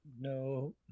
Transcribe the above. No